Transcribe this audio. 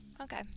Okay